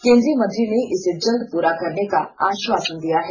केन्द्रीय मंत्री ने इसे जल्द पुरा करने आष्वासन दिया है